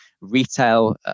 Retail